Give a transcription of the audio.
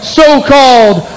so-called